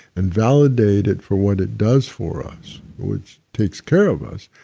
and validate it for what it does for us which takes care of us,